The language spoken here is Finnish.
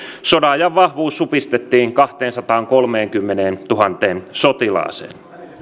sodanajan vahvuus supistettiin kahteensataankolmeenkymmeneentuhanteen sotilaaseen